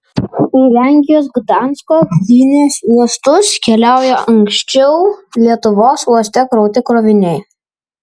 į lenkijos gdansko gdynės uostus keliauja anksčiau lietuvos uoste krauti kroviniai